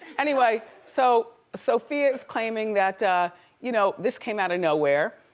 anyway, so sophia is claiming that you know this came out of nowhere.